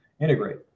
integrate